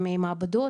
עם מעבדות,